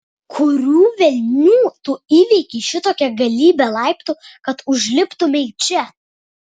kurių velnių tu įveikei šitokią galybę laiptų kad užliptumei čia